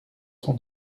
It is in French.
son